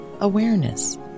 awareness